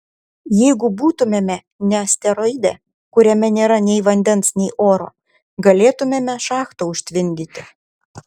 jeigu būtumėme ne asteroide kuriame nėra nei vandens nei oro galėtumėme šachtą užtvindyti